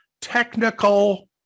technical